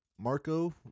Marco